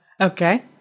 Okay